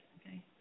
okay